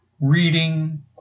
reading